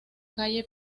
calle